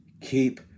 keep